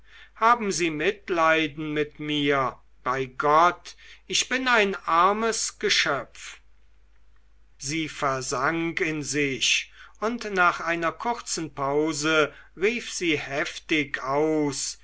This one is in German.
haben sie mitleiden mit mir bei gott ich bin ein armes geschöpf sie versank in sich und nach einer kurzen pause rief sie heftig aus